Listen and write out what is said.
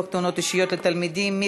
תאונות אישיות לתלמידים (תיקוני חקיקה).